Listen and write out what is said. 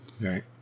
Right